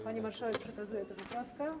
Pani marszałek, przekazuję tę poprawkę.